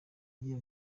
agira